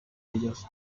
ellos